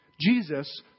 Jesus